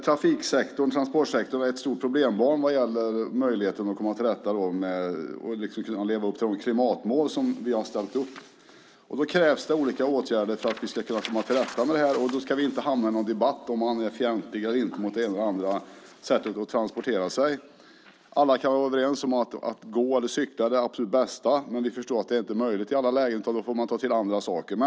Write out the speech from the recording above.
Trafik och transportsektorn är ett stort problembarn när det gäller möjligheten att leva upp till de klimatmål vi har ställt upp. Det krävs åtgärder för att vi ska komma till rätta med det. Vi ska inte hamna i någon debatt om huruvida man är fientlig eller inte mot det ena eller andra sättet att transportera sig. Alla kan vara överens om att gå och cykla är det absolut bästa, men vi förstår att det inte är möjligt i alla lägen och att man får ta till andra medel.